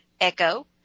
echo